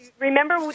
Remember